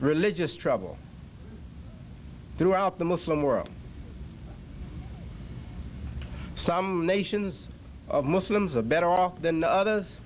religious trouble throughout the muslim world some nations of muslims are better off than the